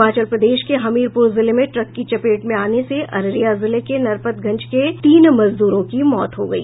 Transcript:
हिमाचल प्रदेश के हमीरपुर जिले में ट्रक की चपेट में आने से अररिया जिले के नरपतगंज के तीन मजदूरों की मौत हो गयी